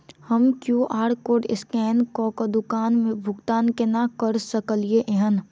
हम QR code scan करके दुकान मे भुगतान केना करऽ सकलिये एहन?